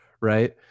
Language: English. Right